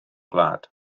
gwlad